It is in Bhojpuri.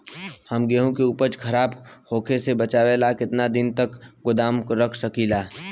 हम गेहूं के उपज खराब होखे से बचाव ला केतना दिन तक गोदाम रख सकी ला?